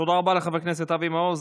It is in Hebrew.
תודה רבה לחבר הכנסת אבי מעוז.